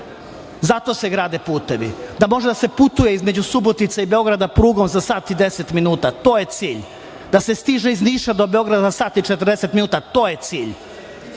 Zato se grade putevi, da može da se putuje između Subotice i Beograda prugom za sat i 10 minuta. To je cilj! Da se stiže iz Niša do Beograda za sat i 40 minuta. To je cilj! Kad